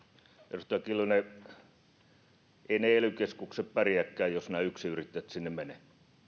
edustaja kiljunen eivät ne ely keskukset pärjääkään jos nämä yksinyrittäjät sinne menevät